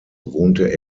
wohnte